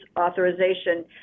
authorization